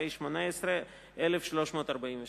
פ/1342/18.